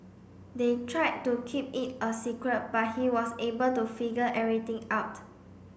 they tried to keep it a secret but he was able to figure everything out